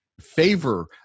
favor